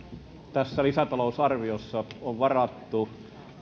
tässä lisätalousarviossa on varattu